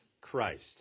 Christ